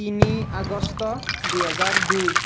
তিনি আগষ্ট দুহেজাৰ দুই